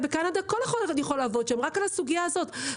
וועדת הכלכלה שאלה שאלות,